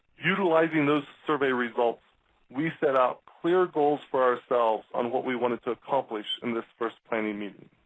utilizing those survey results we set out clear goals for ourselves on what we wanted to accomplish in this first planning meeting.